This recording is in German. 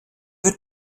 wird